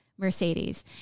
Mercedes